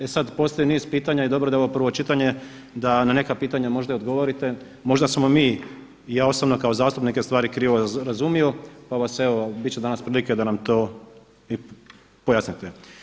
E sad postoji niz pitanja i dobro je da je ovo prvo čitanje, da na neka pitanja možda i odgovorite, možda smo mi i ja osobno kao zastupnik stvari krivo razumio pa vas evo bit će danas prilike da nam to i pojasnite.